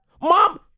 Mom